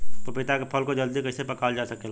पपिता के फल को जल्दी कइसे पकावल जा सकेला?